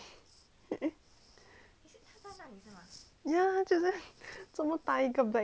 ya 他就在那么大一个 black colour leh jessie